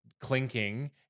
clinking